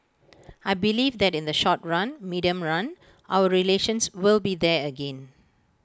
I believe that in the short run medium run our relations will be there again